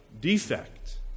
defect